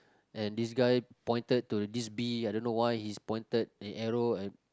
and this guy pointed to this bee I don't know why he's pointed an arrow I